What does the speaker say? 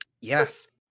yes